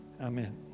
Amen